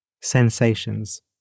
sensations